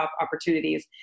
opportunities